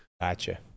gotcha